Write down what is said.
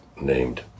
named